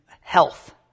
health